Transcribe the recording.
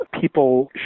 people